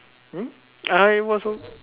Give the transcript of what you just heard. hmm uh it was o~